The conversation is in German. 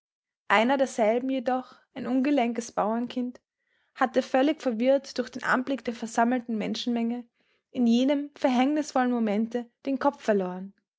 einer derselben jedoch ein ungelenkes bauernkind hatte völlig verwirrt durch den anblick der versammelten menschenmenge in jenem verhängnisvollen momente den kopf verloren